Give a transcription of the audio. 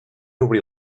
obrir